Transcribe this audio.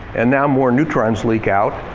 and now more neutrons leak out,